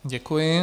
Děkuji.